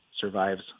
survives